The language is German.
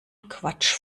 quatsch